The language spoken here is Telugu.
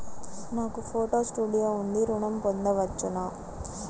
నాకు ఫోటో స్టూడియో ఉంది ఋణం పొంద వచ్చునా?